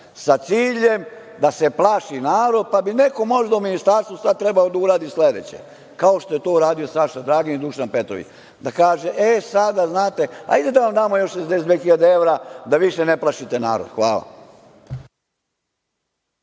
sa ciljem da se plaši narod. Neko bi možda sada u ministarstvu trebao da uradi sledeće, kao što je to uradio Saša Dragin i Dušan Petrović, da kaže - e, sada, znate, hajde da vam damo još 62 hiljade evra da više ne plašite narod. Hvala.